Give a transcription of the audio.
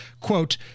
quote